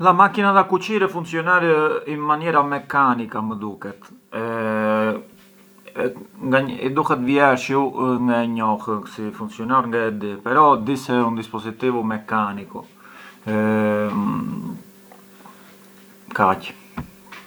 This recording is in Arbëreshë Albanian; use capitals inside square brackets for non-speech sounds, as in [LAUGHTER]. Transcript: La macchina da cucire funcjonar in maniera meccanica më duket, [HESITATION] i duhet vjershi u ngë e njoh si funcjonar, ngë e di, però di se ë un dispositivu meccanicu, [HESITATION] e kaq…